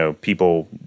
people